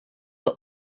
are